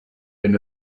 wenn